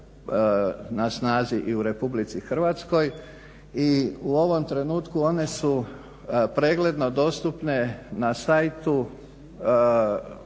na snazi i u Republici Hrvatskoj. I u ovom trenutku one su pregledno dostupne na siteu